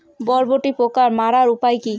বরবটির পোকা মারার উপায় কি?